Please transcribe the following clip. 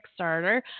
Kickstarter